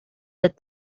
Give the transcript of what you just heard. that